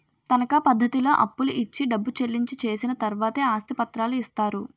తనకా పద్ధతిలో అప్పులు ఇచ్చి డబ్బు చెల్లించి చేసిన తర్వాతే ఆస్తి పత్రాలు ఇస్తారు